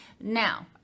Now